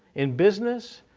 in business,